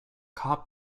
cop